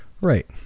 Right